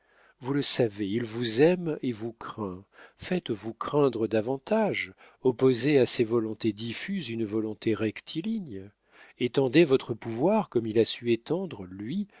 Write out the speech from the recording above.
vous le savez il vous aime et vous craint faites-vous craindre davantage opposez à ses volontés diffuses une volonté rectiligne étendez votre pouvoir comme il a su étendre lui